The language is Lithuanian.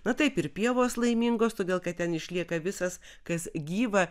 na taip ir pievos laimingos todėl kad ten išlieka visas kas gyva